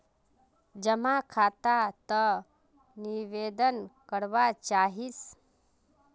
जमा खाता त निवेदन करवा चाहीस?